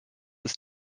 ist